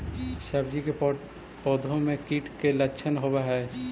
सब्जी के पौधो मे कीट के लच्छन होबहय?